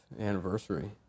anniversary